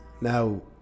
Now